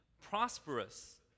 prosperous